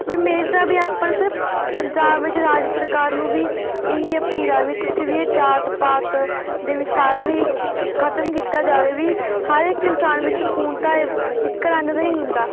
ਵੀ ਮੇਰੀ ਤਾਂ ਵੀ ਆਪਾਂ ਨੂੰ ਸਿਰਫ ਪੰਜਾਬ ਵਿੱਚ ਰਾਜ ਸਰਕਾਰ ਨੂੰ ਵੀ ਇਹੀ ਅਪੀਲ ਆ ਵੀ ਤੁਸੀਂ ਵੀ ਜਾਤ ਪਾਤ ਦੇ ਵੀ ਸਾਰਾ ਵੀ ਖਤਮ ਕੀਤਾ ਜਾਵੇ ਵੀ ਹਰ ਇੱਕ ਇਨਸਾਨ ਵਿੱਚ ਖੂਨ ਤਾਂ ਇੱਕ ਰੰਗ ਦਾ ਹੀ ਹੁੰਦਾ